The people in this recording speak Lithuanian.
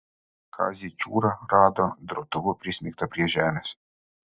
kazį čiūrą rado durtuvu prismeigtą prie žemės